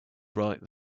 right